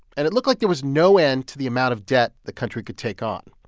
and it looked like there was no end to the amount of debt the country could take on.